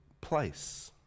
place